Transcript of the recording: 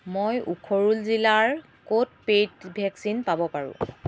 মই উখৰুল জিলাৰ ক'ত পে'ইড ভেকচিন পাব পাৰোঁ